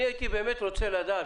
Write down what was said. אני הייתי באמת רוצה לדעת,